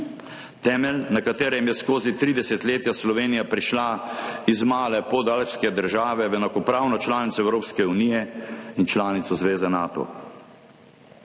Temelj, na katerem je skozi tri desetletja Slovenija prišla iz male podalpske države v enakopravno članico Evropske unije in članico zveze Nato.